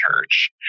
church